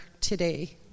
today